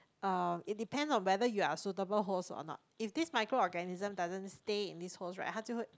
uh it depend on whether you are a suitable host or not if this micro organism doesn't stay in this host right 他拒绝